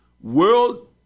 world